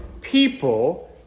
people